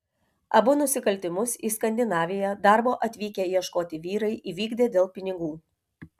abu nusikaltimus į skandinaviją darbo atvykę ieškoti vyrai įvykdė dėl pinigų